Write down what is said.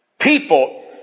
People